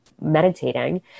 meditating